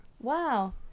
Wow